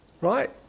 Right